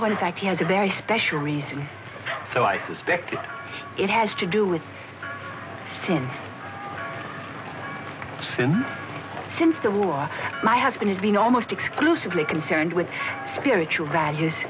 implies that he has a very special reason so i suspect that it has to do with him since since the war my husband has been almost exclusively concerned with spiritual values